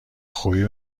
خوبی